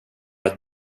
att